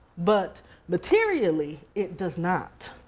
but materially it does not.